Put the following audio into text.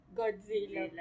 Godzilla